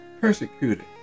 Persecuted